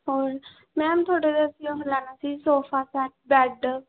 ਹੋਰ ਮੈਮ ਤੁਹਾਡੇ ਤੋਂ ਅਸੀਂ ਉਹ ਲੈਣਾ ਸੀ ਸੋਫਾ ਸੈੱਟ ਬੈੱਡ